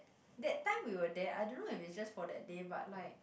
that time we were there I don't know if it is just for that day but like